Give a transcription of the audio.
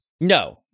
No